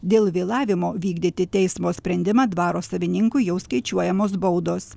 dėl vėlavimo vykdyti teismo sprendimą dvaro savininkui jau skaičiuojamos baudos